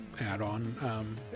add-on